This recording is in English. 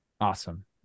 Awesome